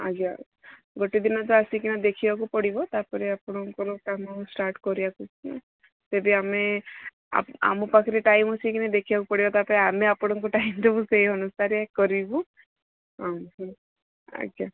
ଆଜ୍ଞା ଗୋଟେ ଦିନ ତ ଆସିକିନା ଦେଖିବାକୁ ପଡ଼ିବ ତାପରେ ଆପଣଙ୍କର କାମ ଷ୍ଟାର୍ଟ୍ କରିବାକୁ ହେବ ଏବେ ଆମେ ଆମ ଆମ ପାଖରେ ଟାଇମ୍ ଅଛି କି ନାହିଁ ଦେଖିବାକୁ ପଡ଼ିବ ତାପରେ ଆମେ ଆପଣଙ୍କୁ ଟାଇମ୍ ଦେବୁ ସେଇ ଅୁନସାରେ କରିବୁ ଓଃହଃ ଆଜ୍ଞା